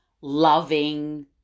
loving